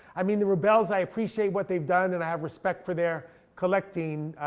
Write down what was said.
i mean the rubels, i appreciate what they've done, and i have respect for their collecting.